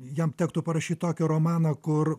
jam tektų parašyt tokį romaną kur